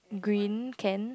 green can